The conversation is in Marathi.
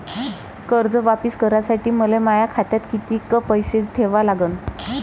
कर्ज वापिस करासाठी मले माया खात्यात कितीक पैसे ठेवा लागन?